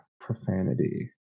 profanity